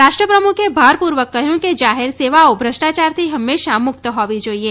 રાષ્ટ્રપ્રમુખે ભારપૂર્વક કહ્યું કે જાહેર સેવાઓ ભ્રષ્ટાચારથી હંમેશા મુક્ત હોવી જોઇએ